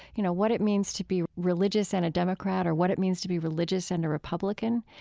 you know, what it means to be religious and a democrat or what it means to be religious and a republican.